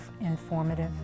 informative